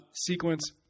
Sequence